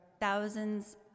thousands